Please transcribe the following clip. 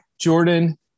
Jordan